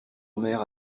omer